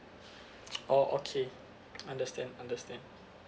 oh okay understand understand